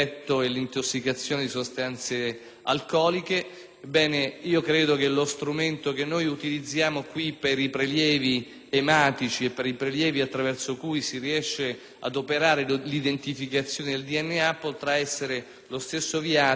e credo che lo strumento che utilizziamo per i prelievi ematici e per i prelievi attraverso cui si riesce ad operare l'identificazione del DNA potrà essere lo stesso strumento per l'accertamento di quei reati.